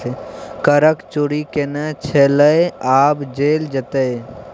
करक चोरि केने छलय आब जेल जेताह